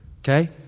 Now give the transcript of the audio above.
Okay